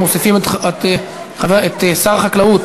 ומוסיפים את שר החקלאות,